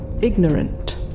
ignorant